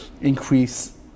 increase